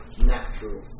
natural